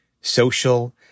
social